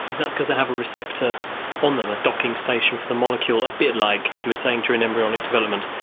is that because they have a receptor on them, a docking station for the molecule a bit like, you were saying during embryonic development,